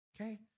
Okay